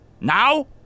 Now